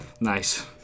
Nice